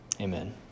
Amen